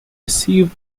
received